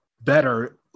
better